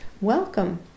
Welcome